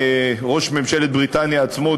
ראש ממשלת בריטניה עצמו,